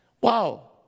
Wow